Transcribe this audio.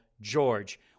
George